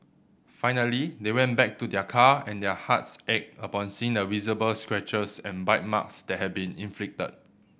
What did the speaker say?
finally they went back to their car and their hearts ached upon seeing the visible scratches and bite marks that had been inflicted